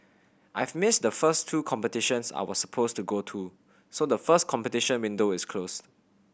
I've missed the first two competitions I was supposed to go to so the first competition window is closed